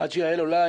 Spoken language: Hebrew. עד שיעל עולה,